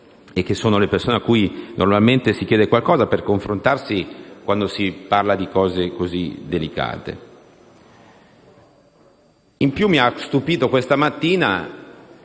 e che sono le persone cui normalmente si chiede qualcosa, per confrontarsi quando si parla di cose così delicate. In più mi ha stupito, questa mattina,